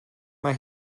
mae